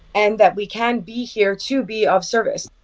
and that we can be here to be of service.